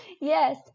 Yes